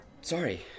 Sorry